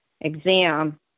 exam